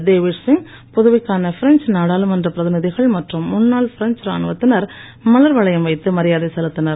தேவேஷ் சிய் புதுவைக்கான பிரெஞ்ச் நாடாளுமன்ற பிரதிநிதகள் மற்றும் முன்னாள் பிரெஞ்ச் ராணுவத்தினர் மலர்வளையம் வைத்து மரியாதை செலுத்தினர்